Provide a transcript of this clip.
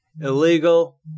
illegal